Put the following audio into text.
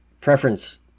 preference